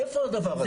איפה הדבר הזה?